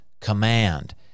command